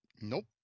nope